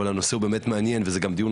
אבל הנושא הוא באמת מעניין וזה גם דיון